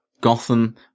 Gotham